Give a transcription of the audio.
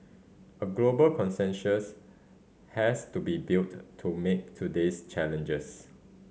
a global consensus has to be built to meet today's challenges